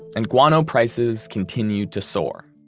and guano prices continued to soar.